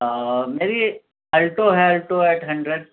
میری آلٹو ہے Alto eight hundred